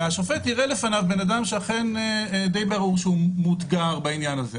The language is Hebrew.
והשופט יראה לפניו אדם שדי ברור שהוא מאותגר בעניין הזה.